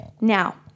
Now